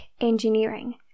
engineering